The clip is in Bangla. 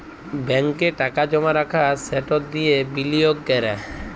ব্যাংকে টাকা জমা রাখা আর সেট দিঁয়ে বিলিয়গ ক্যরা